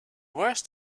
worst